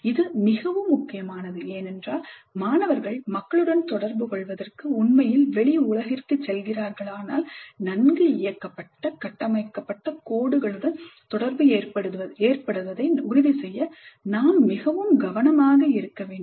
இது மிகவும் முக்கியமானது ஏனென்றால் மாணவர்கள் மக்களுடன் தொடர்புகொள்வதற்கு உண்மையில் வெளி உலகிற்குச் செல்கிறார்களானால் நன்கு இயக்கப்பட்ட கட்டமைக்கப்பட்ட கோடுகளுடன் தொடர்பு ஏற்படுவதை உறுதிசெய்ய நாம் மிகவும் கவனமாக இருக்க வேண்டும்